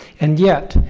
and yet,